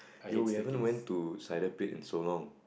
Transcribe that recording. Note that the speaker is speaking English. yo we haven't went to sided pit in so long